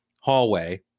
hallway